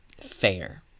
fair